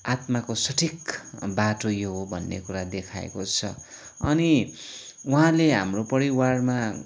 आत्माको सठिक बाटो यो हो भन्ने कुरा देखाएको छ अनि उहाँले हाम्रो परिवारमा